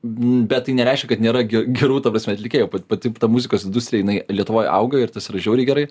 bet tai nereiškia kad nėra ge gerų ta prasme atlikėjų patip ta muzikos industrija jinai lietuvoj auga ir tas yra žiauriai gerai